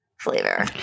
flavor